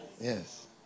Yes